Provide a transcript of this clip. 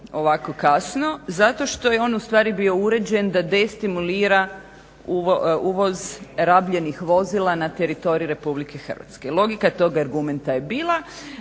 ovako kasno zato što je on ustvari bio uređen da destimulira uvoz rabljenih vozila na teritoriju Republike Hrvatske. Logika tog argumenta je bila